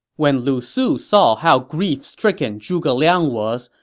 when lu su saw how grief-stricken zhuge liang was,